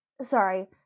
sorry